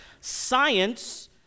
science